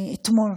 אתמול,